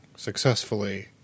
Successfully